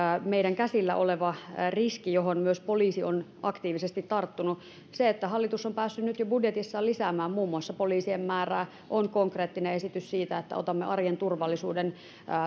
meidän käsillä oleva riski johon myös poliisi on aktiivisesti tarttunut se että hallitus on päässyt jo nyt budjetissa lisäämään muun muassa poliisien määrää on konkreettinen esitys siitä että otamme arjen turvallisuuden